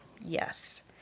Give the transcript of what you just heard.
yes